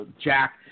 Jack